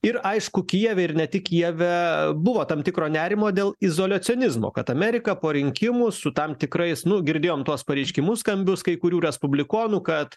ir aišku kijeve ir ne tik kijeve buvo tam tikro nerimo dėl izoliacionizmo kad amerika po rinkimų su tam tikrais nu girdėjom tuos pareiškimus skambius kai kurių respublikonų kad